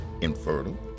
infertile